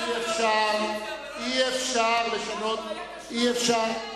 אי-אפשר לשנות, יש בעיה של זיכרון.